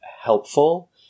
helpful